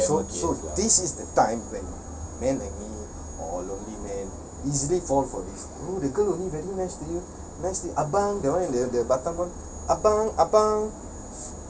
so so this is the time when men like me or lonely men easily fall for this oh the girl only very nice to you nice to abang that one in the batam one abang abang